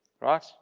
Right